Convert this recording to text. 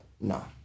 No